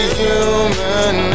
human